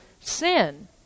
sin